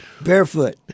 barefoot